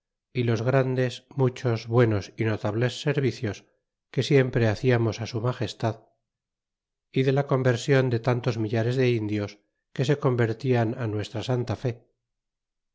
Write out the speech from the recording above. y los grandes mu chos buenos y notables servicios que siempre lucimos su magestad y de la conversion de tantos millares de indios que se convertian nuestra santa fe